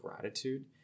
gratitude